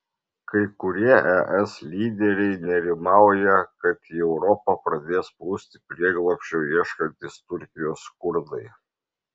kai kurie es lyderiai nerimauja kad į europą pradės plūsti prieglobsčio ieškantys turkijos kurdai